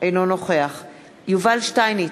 אינו נוכח יובל שטייניץ,